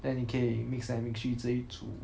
then 你可以 mix 来 mix 去直接煮